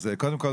אז קודם כול,